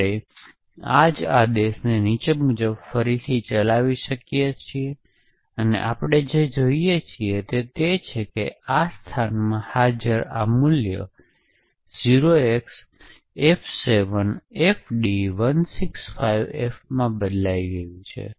હવે cache miss સૂચિત કરશે કે પ્રેષકે ખરેખર તે ચોક્કસ પોર્ટ દ્વારા કંઈક મોકલ્યું છે